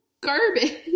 garbage